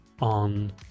on